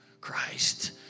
Christ